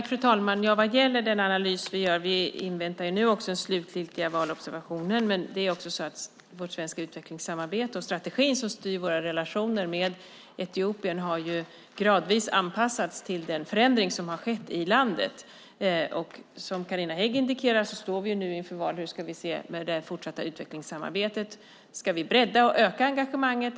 Fru talman! När det gäller den analys vi gör inväntar vi nu den slutliga valobservationen. Vårt svenska utvecklingssamarbete och den strategi som styr våra relationer med Etiopien har gradvis anpassats till den förändring som har skett i landet. Som Carina Hägg indikerar står vi nu inför hur vi ska göra med det fortsätta utvecklingssamarbetet. Ska vi bredda och öka engagemanget?